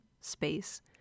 space